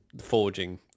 forging